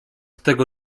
tego